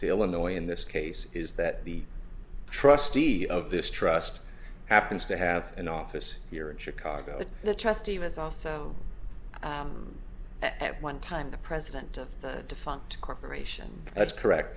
to illinois in this case is that the trustee of this trust happens to have an office here in chicago the trustee was also at one time the president of the defunct corporation that's correct